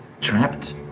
trapped